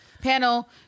panel